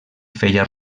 feia